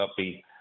upbeat